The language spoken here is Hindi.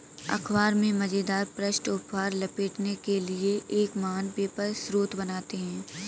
अख़बार में मज़ेदार पृष्ठ उपहार लपेटने के लिए एक महान पेपर स्रोत बनाते हैं